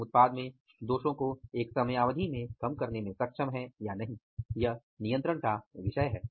हम उत्पाद में दोषों को एक समयावधि में कम करने में सक्षम हैं या नहीं यह नियंत्रण का विषय है